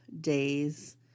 days